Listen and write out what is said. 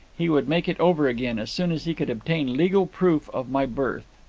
he would make it over again, as soon as he could obtain legal proof of my birth.